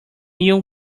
ill